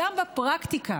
גם בפרקטיקה.